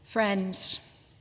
Friends